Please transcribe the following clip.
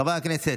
חברי הכנסת,